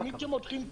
אין בו שום היגיון.